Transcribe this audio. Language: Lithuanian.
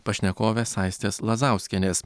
pašnekovės aistės lazauskienės